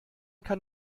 kann